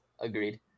Agreed